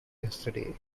yesterday